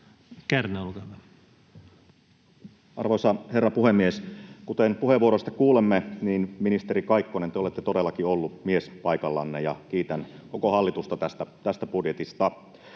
11:43 Content: Arvoisa herra puhemies! Kuten puheenvuoroista kuulemme, ministeri Kaikkonen, te olette todellakin ollut mies paikallanne, ja kiitän koko hallitusta tästä budjetista.